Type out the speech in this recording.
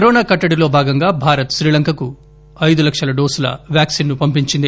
corona కట్టడిలో భాగంగా భారత్ శ్రీలంకకు ఐదు లక్షల డోసుల వ్యాక్సిన్ను పంపించింది